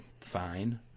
fine